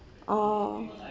oh